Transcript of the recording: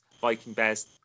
Viking-Bears